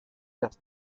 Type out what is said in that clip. las